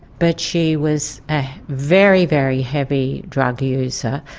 but she was a very, very heavy drug user.